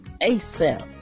asap